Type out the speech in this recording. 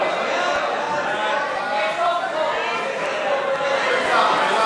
חוק ההתייעלות הכלכלית (תיקוני חקיקה להשגת